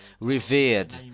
revered